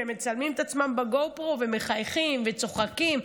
שהם מצלמים את עצמם ב-GoPro ומחייכים וצוחקים,